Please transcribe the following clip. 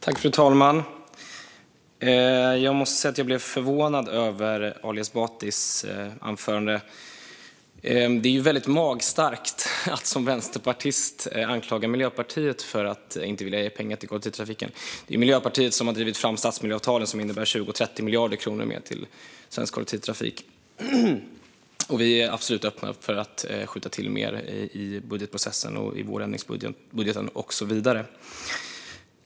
Fru talman! Jag måste säga att jag blev förvånad över Ali Esbatis anförande. Det är magstarkt av en vänsterpartist att anklaga Miljöpartiet för att inte vilja ge pengar till kollektivtrafiken. Det är ju Miljöpartiet som har drivit fram stadsmiljöavtalen, som innebär 20-30 miljarder kronor mer till svensk kollektivtrafik. Vi är absolut öppna för att skjuta till mer i budgetprocessen, i ändringsbudgeten och så vidare.